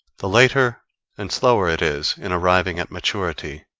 the later and slower it is in arriving at maturity.